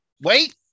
Wait